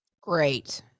great